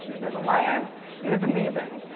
he was a liar. he was amazing.